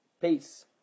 Peace